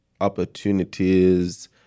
opportunities